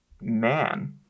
man